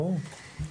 ברור.